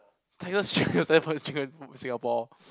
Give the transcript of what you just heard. Texas chicken Singapore